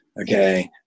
Okay